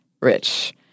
rich